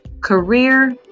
Career